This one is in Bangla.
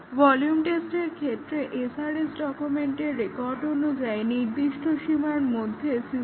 ভলিউম টেস্টে ক্ষেত্রেও SRS ডকুমেন্টের রেকর্ড অনুযায়ী নির্দিষ্ট সীমার মধ্যে সিস্টেমটিকে টেস্ট করা হয়